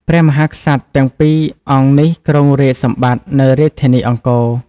ព្រះមហាក្សត្រទាំងពីរអង្គនេះគ្រងរាជ្យសម្បត្តិ នៅរាជធានីអង្គរ ។